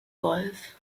golf